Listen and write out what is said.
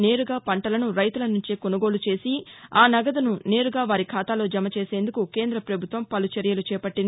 నేరుగా పంటలను రైతులనుంచే కొనుగోలు చేసిఆనగదుసు నేరుగా వారి ఖాతాలో జమచేసేందుకు కేంద్రాపభుత్వం చర్యలు చేపట్టింది